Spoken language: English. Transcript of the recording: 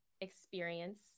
experience